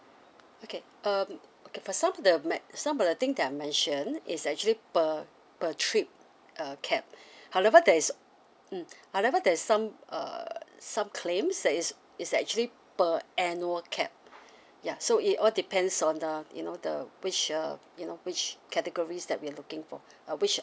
okay um okay for some of the me~ some of the thing that I mention is actually per per trip uh cap however there is mm however there is some err some claims that is it's actually per annual cap ya so it all depends on the you know the which uh you know which categories that we are looking for uh which